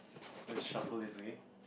let's shuffle this okay